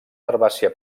herbàcia